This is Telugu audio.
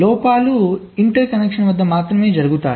లోపాలు ఇంటర్ కనెక్షన్ల వద్ద మాత్రమే జరుగుతాయి